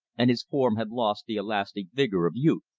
and his form had lost the elastic vigor of youth.